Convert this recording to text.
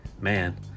man